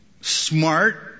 smart